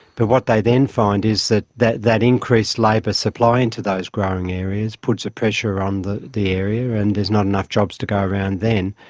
but what they then find is that that that increased labour supply into those growing areas puts a pressure on the the area and there's not enough jobs to go around then.